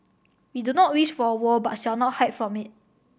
we do not wish for a war but shall not hide from it